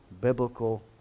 biblical